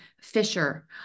Fisher